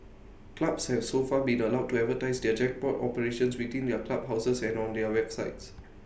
clubs have so far been allowed to advertise their jackpot operations within their clubhouses and on their websites